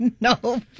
No